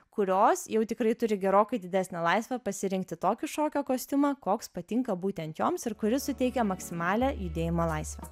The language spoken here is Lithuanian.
kurios jau tikrai turi gerokai didesnę laisvę pasirinkti tokį šokio kostiumą koks patinka būtent joms ir kuris suteikia maksimalią judėjimo laisvę